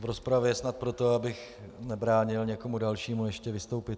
V rozpravě snad proto, abych nebránil někomu dalšímu ještě vystoupit.